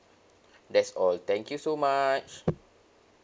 that's all thank you so much